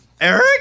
Eric